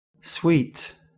Sweet